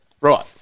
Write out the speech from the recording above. Right